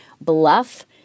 bluff